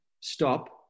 stop